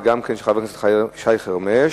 וגם של חבר הכנסת שי חרמש.